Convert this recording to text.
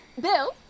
Bill